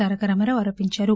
తారకరామారావు ఆరోపించారు